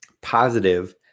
positive